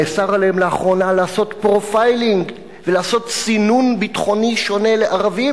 נאסר עליהם לאחרונה לעשות profiling ולעשות סינון ביטחוני שונה לערבים,